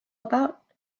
about